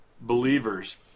believers